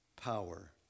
power